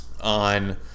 on